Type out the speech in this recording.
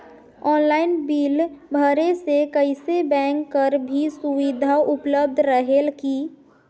Online bill भरे से कइसे बैंक कर भी सुविधा उपलब्ध रेहेल की?